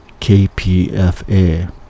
KPFA